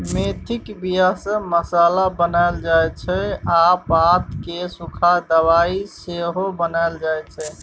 मेथीक बीया सँ मसल्ला बनाएल जाइ छै आ पात केँ सुखा दबाइ सेहो बनाएल जाइ छै